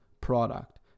product